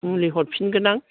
मुलि हरफिनगोन आं